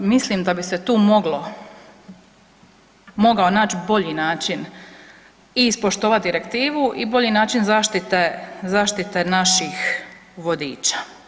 Mislim da bi se tu mogao naći bolji način i ispoštovati direktivu i bolji način zaštite naših vodiča.